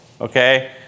okay